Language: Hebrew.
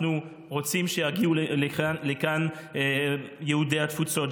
אנחנו רוצים שיגיעו לכאן יהודי התפוצות,